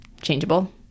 Changeable